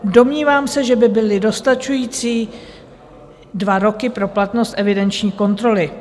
Domnívám se, že by byly dostačující dva roky pro platnost evidenční kontroly.